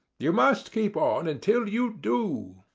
you must keep on until you do.